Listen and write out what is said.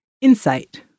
Insight